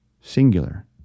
Singular